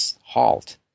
halt